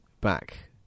back